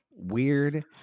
weird